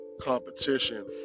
competition